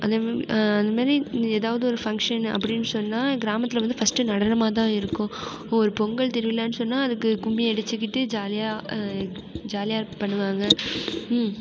அதே மாதிரி அந்தமாரி எதாவது ஒரு ஃபங்ஷன் அப்படின் சொன்னால் எங்கள் கிராமத்தில் வந்து ஃபஸ்ட்டு நடனமாகதான் இருக்கும் ஒரு பொங்கல் திருவிழானு சொன்னால் அதுக்கு கும்மி அடித்துக்கிட்டு ஜாலியாக ஜாலியாக பண்ணுவாங்க